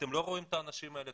אתם לא רואים את האנשים האלה,